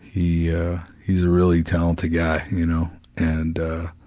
he ah, he's a really talented guy, you know, and ah,